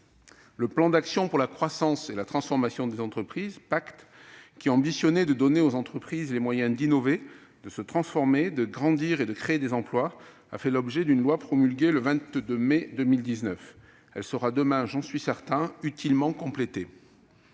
Le plan d'action pour la croissance et la transformation des entreprises (Pacte), au travers duquel on ambitionnait de donner aux entreprises les moyens d'innover, de se transformer, de grandir et de créer des emplois, a fait l'objet d'une loi, promulguée le 22 mai 2019, qui sera, demain, j'en suis certain, utilement complétée.